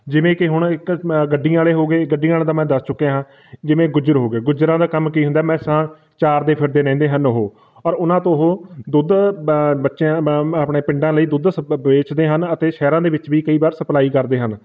ਜਿਵੇਂ ਕਿ ਹੁਣ ਇੱਕ ਗੱਡੀਆਂ ਵਾਲੇ ਹੋ ਗਏ ਗੱਡੀਆਂ ਵਾਲਿਆਂ ਦਾ ਮੈਂ ਦੱਸ ਚੁੱਕਿਆ ਹਾਂ ਜਿਵੇਂ ਗੁੱਜਰ ਹੋ ਗਏ ਗੁੱਜਰਾਂ ਦਾ ਕੰਮ ਕੀ ਹੁੰਦਾ ਮੈਂਸਾਂ ਚਾਰਦੇ ਫਿਰਦੇ ਰਹਿੰਦੇ ਹਨ ਉਹ ਪਰ ਉਹਨਾਂ ਤੋਂ ਉਹ ਦੁੱਧ ਬ ਬੱਚਿਆਂ ਮ ਆਪਣੇ ਪਿੰਡਾਂ ਲਈ ਦੁੱਧ ਵੇਚਦੇ ਹਨ ਅਤੇ ਸ਼ਹਿਰਾਂ ਦੇ ਵਿੱਚ ਵੀ ਕਈ ਵਾਰ ਸਪਲਾਈ ਕਰਦੇ ਹਨ